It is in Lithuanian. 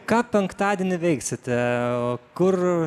ką penktadienį veiksite kur